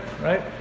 right